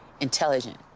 intelligent